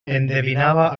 endevinava